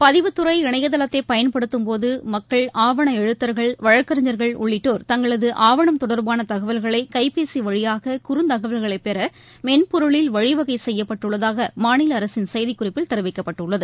பதிவுத் துறை இணையதளத்தை பயன்படுத்தும் பொது மக்கள் ஆவண எழுத்தர்கள் வழக்கறிஞர்கள் உள்ளிட்டோர் தங்களது ஆவணம் தொடர்பான தகவல்களை கைப்பேசி வழியாக குறந்தகவல்களை பெற மென்பொருளில் வழிவகை செய்யப்பட்டுள்ளதாக மாநில அரசின் செய்திக்குறிப்பில் தெரிவிக்கப்பட்டுள்ளது